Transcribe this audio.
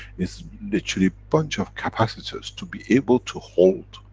is, literally, bunch of capacitors to be able to hold.